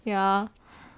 ya